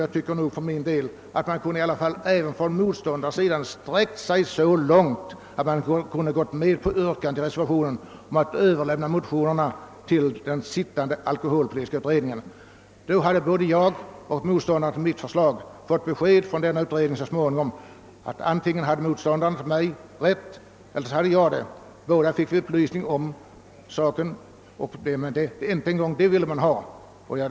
Jag tycker för min del att man även från motståndarsidan kunde ha sträckt sig så långt, att man gått med på yrkandet i reservationen om att överlämna motionerna till den sittande alkoholpolitiska utredningen. Då hade både jag och motståndarna till mitt förslag så småningom fått besked från denna utredning om att antingen motståndarna eller jag hade rätt. I så fall skulle vi ha fått upplysning om den saken. Men inte ens det har man velat gå med på.